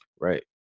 right